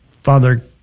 Father